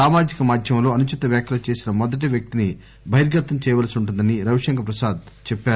సామాజిక మాధ్యమంలో అనుచిత వ్యాఖ్యలు చేసిన మొదటి వ్యక్తిని బహిర్గతం చేయవలసి వుంటుందని రవిశంకర్ ప్రసాద్ చెప్పారు